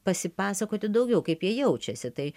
pasipasakoti daugiau kaip jie jaučiasi tai